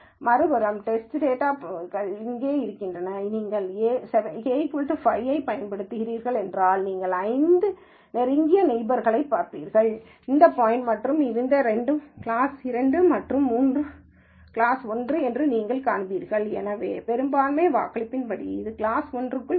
மறுபுறம் test data point இங்கே இருந்தால் நீங்கள் K 5 ஐப் பயன்படுத்துகிறீர்கள் என்றால் நீங்கள் 5 நெருங்கிய நெய்பர்ஸைப் பாருங்கள் இந்த பாயிண்ட் மற்றும் அவற்றில் இரண்டு கிளாஸ் 2 மற்றும் மூன்று கிளாஸ் 1 என்று நீங்கள் காண்கிறீர்கள் எனவே பெரும்பான்மை வாக்களிப்பு இது கிளாஸ் 1 க்குள் வைக்கப்படும்